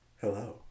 hello